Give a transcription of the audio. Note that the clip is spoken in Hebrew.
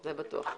זה בטוח.